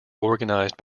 organised